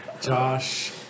Josh